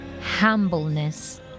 humbleness